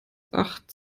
acht